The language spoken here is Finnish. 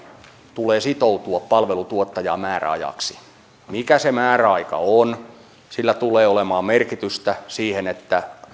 tulee sitoutua palvelutuottajaan määräajaksi sillä mikä se määräaika on tulee olemaan merkitystä sille että